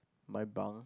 my bunk